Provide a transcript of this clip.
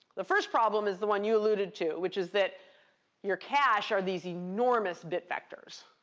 the first problem is the one you alluded to, which is that your cache are these enormous bit vectors.